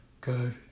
good